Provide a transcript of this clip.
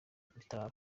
bitaraba